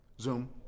Zoom